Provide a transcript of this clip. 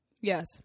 Yes